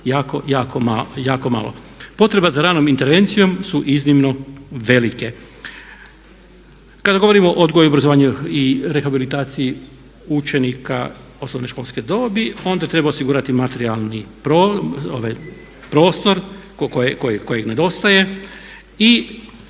jako malo. Potrebe za ranom intervencijom su iznimno velike. Kada govorimo o odgoju i obrazovanju i rehabilitaciji učenika osnovnoškolske dobi onda treba osigurati materijalni prostor koji nedostaje i